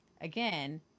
Again